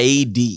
AD